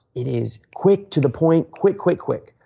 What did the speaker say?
it is quick to the point, quick, quick, quick.